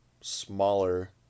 smaller